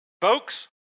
Folks